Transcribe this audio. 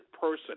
person